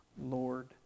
Lord